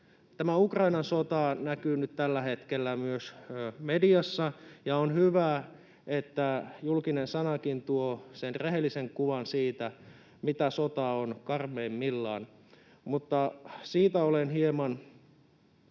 Ukrainan sota näkyy nyt tällä hetkellä myös mediassa, ja on hyvä, että julkinen sana tuo rehellisen kuvan siitä, mitä sota on karmeimmillaan. Mutta siitä olen hieman